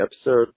episode